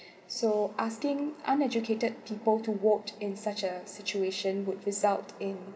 so asking uneducated people to vote in such a situation would result in